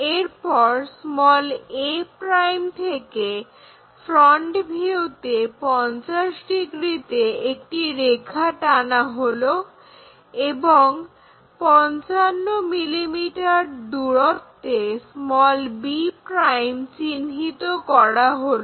এরপর a' থেকে front ভিউতে 50 ডিগ্রিতে একটি রেখা টানা হলো এবং 55 mm দূরত্বে b' চিহ্নিত করা হলো